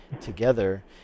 together